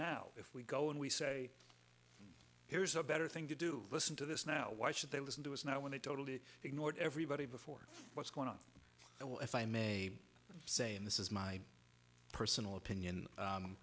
now if we go and we say here's a better thing to do listen to this now why should they listen to us now when they totally ignored everybody before what's going on and well if i may say and this is my personal opinion